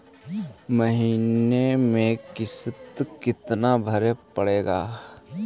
महीने में किस्त कितना भरें पड़ेगा?